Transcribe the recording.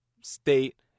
state